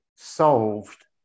Solved